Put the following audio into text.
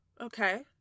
Okay